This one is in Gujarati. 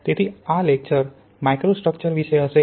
તેથી આ લેક્ચર માઇક્રોસ્ટ્રક્ચર વિશે હશે